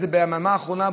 ביממה האחרונה,